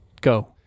Go